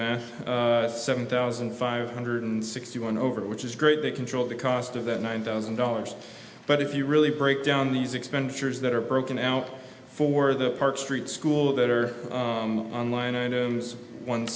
math seven thousand five hundred sixty one over which is great they control the cost of that one thousand dollars but if you really break down these expenditures that are broken out for the park street school that are on line items one